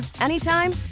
anytime